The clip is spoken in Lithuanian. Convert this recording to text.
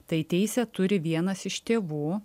tai teisę turi vienas iš tėvų